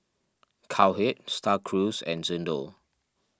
Cowhead Star Cruise and Xndo